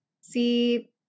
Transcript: see